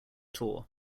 tour